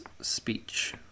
speech